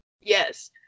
Yes